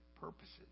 purposes